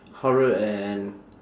horror and